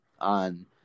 on